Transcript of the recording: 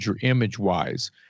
image-wise